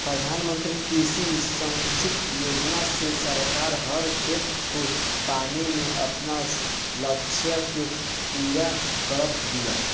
प्रधानमंत्री कृषि संचित योजना से सरकार हर खेत को पानी के आपन लक्ष्य के पूरा करत बिया